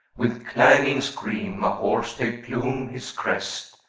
with clanging scream, a horsetail plume his crest,